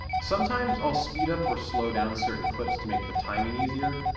sometimes i'll speed up or slow down certain clips to make the timing easier,